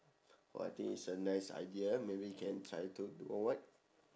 what is a nice idea maybe you can try to do or what